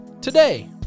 today